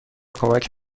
کمک